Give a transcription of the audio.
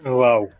Wow